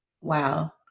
Wow